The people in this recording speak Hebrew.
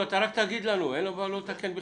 שאתה מתרגם כל